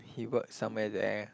he work somewhere there